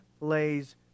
lays